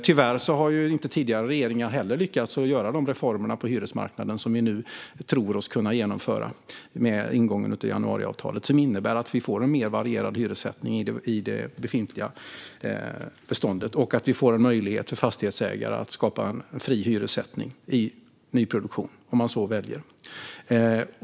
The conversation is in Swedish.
Tyvärr har tidigare regeringar inte heller lyckats göra de reformer på hyresmarknaden som vi nu tror oss kunna genomföra i och med januariavtalet. De innebär att vi får en mer varierad hyressättning i det befintliga beståndet. Fastighetsägare får dessutom en möjlighet att skapa fri hyressättning i nyproduktion, om man så väljer.